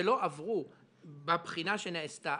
שלא עברו בבחינה שנעשתה,